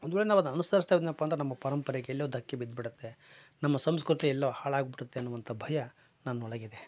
ಒಂದು ವೇಳೆ ನಾವು ಅದನ್ನ ಅನುಸರಿಸದೇ ಹೋದನಪ್ಪ ಅಂದರೆ ನಮ್ಮ ಪರಂಪರೆಗೆ ಎಲ್ಲೊ ಧಕ್ಕೆ ಬಿದ್ಬಿಡುತ್ತೆ ನಮ್ಮ ಸಂಸ್ಕೃತಿ ಎಲ್ಲೊ ಹಾಳಾಗ್ಬಿಡತ್ತೆ ಅನ್ನುವಂಥಾ ಭಯ ನನ್ನೊಳಗಿದೆ